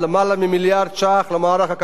בתקופה של חמש שנים.